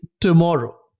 tomorrow